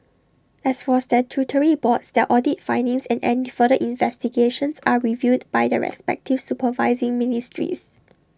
as for statutory boards their audit findings and any further investigations are reviewed by their respective supervising ministries